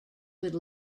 would